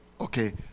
Okay